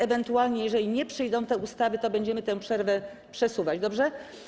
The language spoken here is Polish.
Ewentualnie, jeżeli nie przyjdą te ustawy, to będziemy tę przerwę przesuwać, dobrze?